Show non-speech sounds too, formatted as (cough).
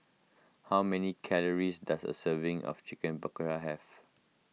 how many calories does a serving of Chicken (unintelligible) have